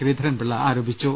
ശ്രീധരൻപിള്ള ആരോപിച്ചു